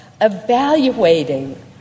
evaluating